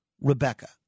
Rebecca